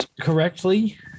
correctly